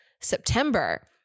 September